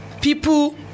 people